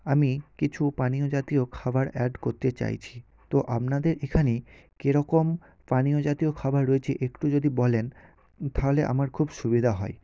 আমি কিছু পানীয় জাতীয় খাবার অ্যাড করতে চাইছি তো আপনাদের এখানে কীরকম পানীয় জাতীয় খাবার রয়েছে একটু যদি বলেন তাহলে আমার খুব সুবিধা হয়